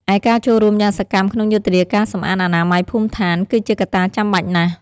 ឯការចូលរួមយ៉ាងសកម្មក្នុងយុទ្ធនាការសម្អាតអនាម័យភូមិឋាន គឺជាកត្តាចាំបាច់ណាស់។